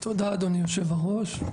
תודה אדוני היושב ראש,